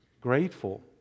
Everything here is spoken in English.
grateful